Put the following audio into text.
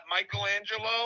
Michelangelo